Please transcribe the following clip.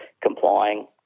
complying